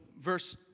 verse